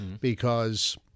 because-